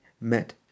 met